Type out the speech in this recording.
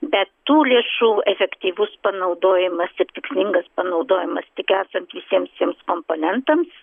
bet tų lėšų efektyvus panaudojimas ir tikslingas panaudojimas tik esant visiems tiems komponentams